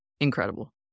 Incredible